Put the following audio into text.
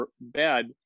bed